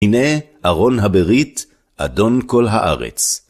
הנה ארון הברית, אדון כל הארץ.